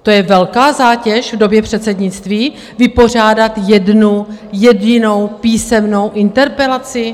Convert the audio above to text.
To je velká zátěž v době předsednictví, vypořádat jednu jedinou písemnou interpelaci?